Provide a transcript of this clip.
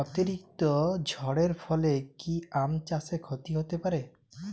অতিরিক্ত ঝড়ের ফলে কি আম চাষে ক্ষতি হতে পারে?